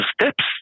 steps